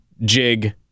jig